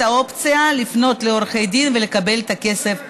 האופציה לפנות לעורכי דין ולקבל את הכסף בחזרה.